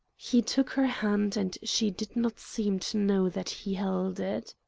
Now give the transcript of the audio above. he took her hand, and she did not seem to know that he held it.